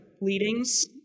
bleedings